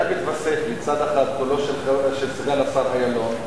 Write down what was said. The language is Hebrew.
היה מתווסף לצד אחד קולו של סגן השר אילון,